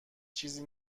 چیزی